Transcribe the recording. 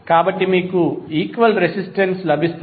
కాబట్టి మీకు equal resistance లభిస్తుంది